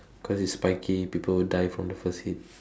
because it's spiky people will die from the first hit